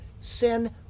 Sin